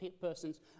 persons